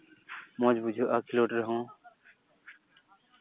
ᱢᱚᱡᱽ ᱵᱩᱡᱷᱟᱹᱜᱼᱟ ᱠᱷᱮᱞᱳᱰ ᱨᱮᱦᱚᱸ